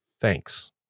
Thanks